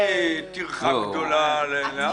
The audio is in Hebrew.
לא נראית לי טרחה גדולה לאף אחד.